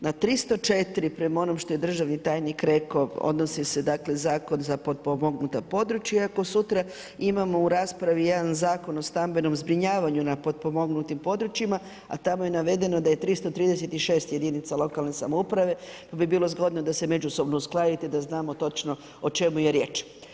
Na 304, prema onom što je državni tajnik rekao, odnosi se dakle zakon za potpomognuta područja, iako sutra imamo u raspravi jedan zakon o stambenom zbrinjavanju na potpomognutim područjima, a tamo je navedeno da je 336 jedinica lokalne samouprave pa bi bilo zgodno da se međusobno uskladite da znamo točno o čemu je riječ.